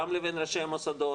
גם בין ראשי המוסדות,